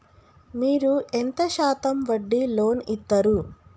మీరు ఎంత శాతం వడ్డీ లోన్ ఇత్తరు?